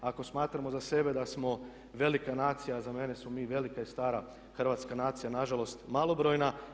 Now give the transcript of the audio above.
Ako smatramo za sebe da smo velika nacija, za mene smo mi velika i stara hrvatska nacija, na žalost malobrojna.